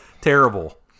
Terrible